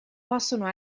possono